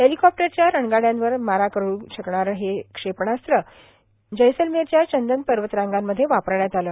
हेलिकॉप्टरच्या रणगाडयांवर मारा करू शकणारं हे क्षेपणास्त्र जैसलमेरच्या चंदन पर्वतरांगामध्ये वापरण्यात आलं